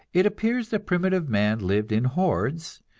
it appears that primitive man lived in hordes,